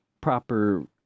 proper